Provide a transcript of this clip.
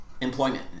employment